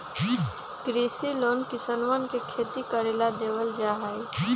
कृषि लोन किसनवन के खेती करे ला देवल जा हई